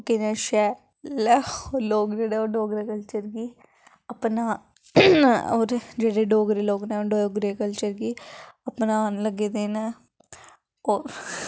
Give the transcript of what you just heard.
किन्ना शैल ऐ होर लोक जेह्ड़ा डोगरे कल्चर गी अपना होर जेह्ड़े डोगरे लोक न डोगरे कल्चर गी अपनान लग्गे दे न ओह्